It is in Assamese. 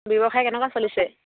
ব্যৱসায় কেনেকুৱা চলিছে